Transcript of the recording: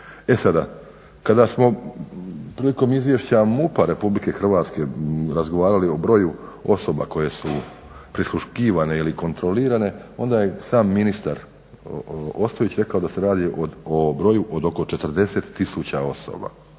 E sada, kada smo prilikom izvješća MUP-a RH razgovarali o broju osoba koje su prisluškivane ili kontrolirane, onda je sam ministar Ostojić rekao da se radi o broju od oko 40 tisuća osoba.